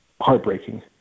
heartbreaking